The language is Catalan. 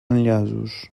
enllaços